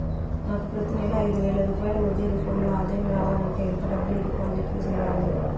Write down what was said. నాకు ప్రతి నెల ఐదు వేల రూపాయలు వడ్డీ రూపం లో ఆదాయం రావాలంటే ఎంత డబ్బులు డిపాజిట్లు సెయ్యాలి?